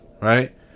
Right